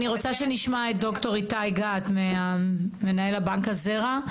אני רוצה שנשמע את ד"ר איתי גת מנהל בנק הזרע.